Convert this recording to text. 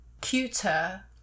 cuter